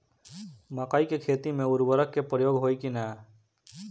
मकई के खेती में उर्वरक के प्रयोग होई की ना?